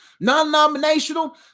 non-nominational